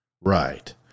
Right